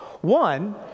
One